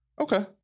Okay